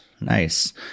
nice